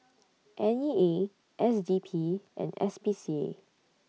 N E A S D P and S P C A